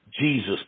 Jesus